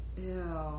Ew